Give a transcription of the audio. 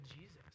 Jesus